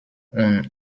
und